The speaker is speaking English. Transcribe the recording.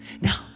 Now